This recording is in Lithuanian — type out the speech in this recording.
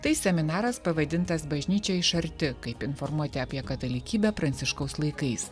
tai seminaras pavadintas bažnyčia iš arti kaip informuoti apie katalikybę pranciškaus laikais